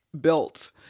built